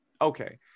Okay